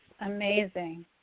amazing